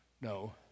no